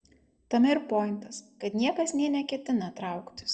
tame ir pointas kad niekas nė neketina trauktis